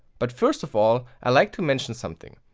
but first of all i like to mention something.